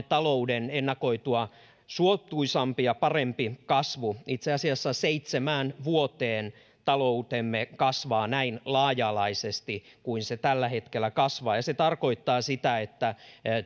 talouden ennakoitua suotuisampi ja parempi kasvu itse asiassa ensi kertaa seitsemään vuoteen taloutemme kasvaa näin laaja alaisesti kuin se tällä hetkellä kasvaa ja se tarkoittaa sitä että